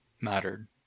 mattered